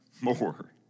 more